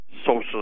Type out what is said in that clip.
social